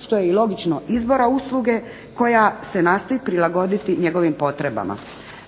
što je i logično, izbora usluge koja se nastoji prilagoditi njegovim potrebama.